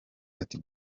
ati